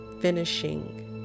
finishing